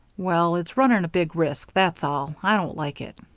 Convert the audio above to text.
well, it's running a big risk, that's all. i don't like it.